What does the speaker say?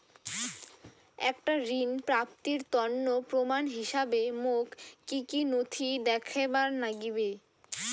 একটা ঋণ প্রাপ্তির তন্ন প্রমাণ হিসাবে মোক কী কী নথি দেখেবার নাগিবে?